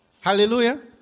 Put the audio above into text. Hallelujah